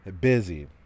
busy